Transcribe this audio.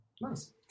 Nice